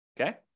Okay